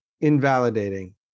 invalidating